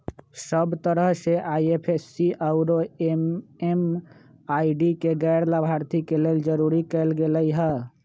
सब तरह से आई.एफ.एस.सी आउरो एम.एम.आई.डी के गैर लाभार्थी के लेल जरूरी कएल गेलई ह